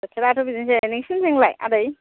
बोथोराथ' बिदिनोसै नोंसोरनिथिंलाय आदै